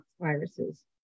viruses